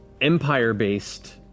empire-based